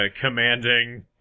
commanding